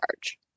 charge